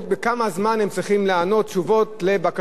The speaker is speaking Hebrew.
כולל 21 יום לתשובה לפנייה,